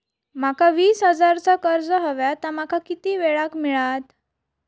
माका वीस हजार चा कर्ज हव्या ता माका किती वेळा क मिळात?